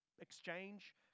exchange